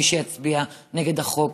מי שיצביע נגד החוק,